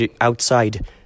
outside